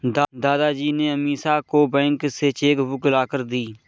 दादाजी ने अमीषा को बैंक से चेक बुक लाकर दी